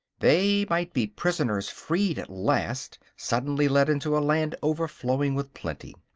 they might be prisoners freed at last, suddenly led into a land overflowing with plenty.